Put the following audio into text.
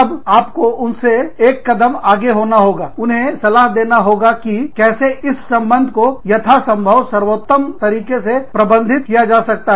तब आपको उनसे कदम आगे होना होगाउन्हें सलाह देना होगा कि कैसे इस संबंध को यथासंभव सर्वोत्तम तरीके से प्रबंधित किया जा सकता है